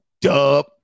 dub